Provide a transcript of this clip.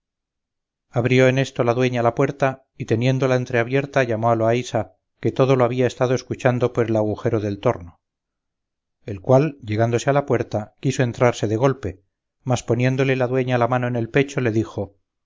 abrió en esto la dueña la puerta y teniéndola entreabierta llamó a loaysa que todo lo había estado escuchando por el agujero del torno el cual llegándose a la puerta quiso entrarse de golpe mas poniéndole la dueña la mano en el pecho le dijo